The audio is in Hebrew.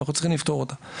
אנחנו צריכים לפתור אותה.